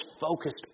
focused